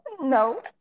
No